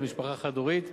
למשפחה חד-הורית,